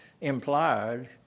implied